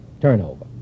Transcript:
turnover